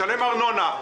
משלם ארנונה,